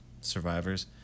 survivors